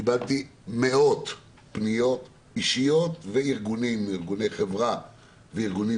קבלתי מאות פניות אישיות ומארגונים חברתיים וארגונים